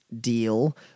deal